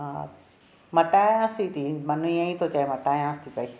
हा मटायांसि ही थी मन इएं ई थो चए मटायांसि थी पई